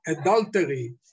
adultery